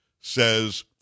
says